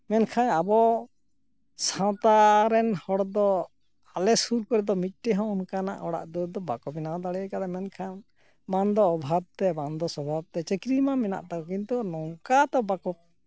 ᱢᱮᱱᱠᱷᱟᱱ ᱟᱵᱚ ᱥᱟᱶᱛᱟ ᱨᱮᱱ ᱦᱚᱲ ᱫᱚ ᱟᱞᱮ ᱥᱩᱨ ᱠᱚᱨᱮᱫᱚ ᱢᱮᱫᱴᱮᱱ ᱦᱚᱸ ᱚᱱᱠᱟᱱᱟᱜ ᱚᱲᱟᱜ ᱫᱩᱣᱟᱹᱨ ᱫᱚ ᱵᱟᱠᱚ ᱵᱮᱱᱟᱣ ᱫᱟᱲᱮ ᱠᱟᱣᱫᱟ ᱢᱮᱱᱠᱷᱟᱱ ᱵᱟᱝᱫᱚ ᱚᱵᱷᱟᱵᱛᱮ ᱵᱟᱝ ᱫᱚ ᱥᱚᱵᱷᱟᱵ ᱛᱮ ᱪᱟᱹᱠᱨᱤ ᱢᱟ ᱢᱮᱱᱟᱜ ᱛᱟᱠᱚ ᱠᱤᱱᱛᱩ ᱱᱚᱝᱠᱟ ᱛᱚ ᱵᱟᱠᱚ